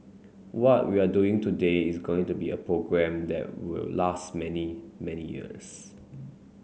what we're doing today is going to be a program that will last many many years